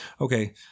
okay